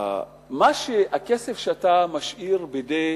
הכסף שאתה משאיר בידי